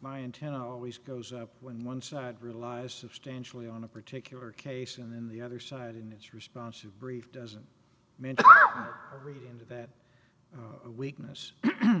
my intent always goes up when one side relies substantially on a particular case and then the other side in its response to brief doesn't mean to read into that weakness i